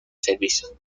servicios